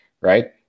right